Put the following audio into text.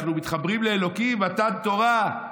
אנחנו מתחברים לאלוקים, מתן תורה.